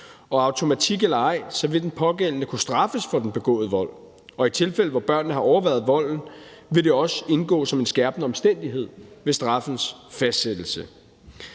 automatik eller ej, vil den pågældende kunne straffes for den begåede vold, og i tilfælde, hvor børnene har overværet volden, vil det også indgå som en skærpende omstændighed ved straffens fastsættelse.